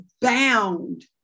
bound